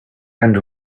and